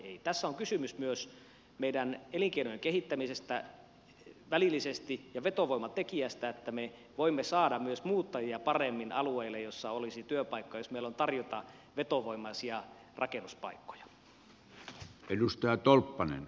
tässä on kysymys myös meidän elinkeinojen kehittämisestä välillisesti ja vetovoimatekijästä että me voimme saada myös muuttajia paremmin alueille joissa olisi työpaikkoja jos meillä on tarjota vetovoimaisia rakennuspaikkoja